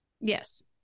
yes